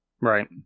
Right